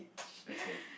okay